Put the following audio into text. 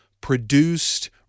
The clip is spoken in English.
produced